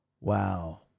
Wow